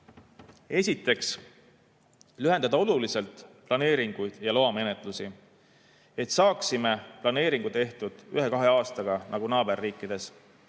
[tuleb] lühendada oluliselt planeeringu‑ ja loamenetlust, et saaksime planeeringu tehtud ühe-kahe aastaga nagu naaberriikides.